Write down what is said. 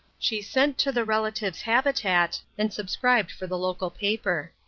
she sent to the relative's habitat and subscribed for the local paper.